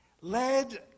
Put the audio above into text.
led